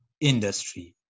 industry